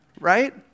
right